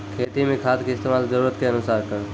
खेती मे खाद के इस्तेमाल जरूरत के अनुसार करऽ